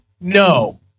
No